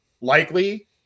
likely